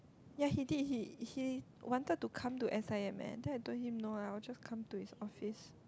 ya he did he he wanted to come to s_i_m eh then I told him no lah I'll just come to his office